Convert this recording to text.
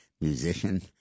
musician